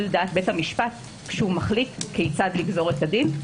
דעת בית המשפט כשהוא מחליט כיצד לגזור את הדין.